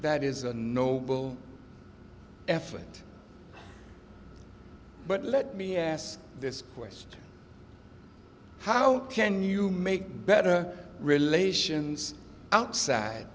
that is a noble effort but let me ask this question how can you make better relations outside